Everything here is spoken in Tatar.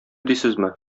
дисезме